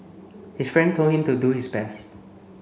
his friend told him to do his best